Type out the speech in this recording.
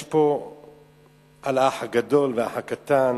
יש פה על האח הגדול והאח הקטן